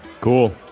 cool